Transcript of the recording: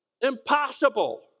Impossible